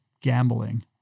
gambling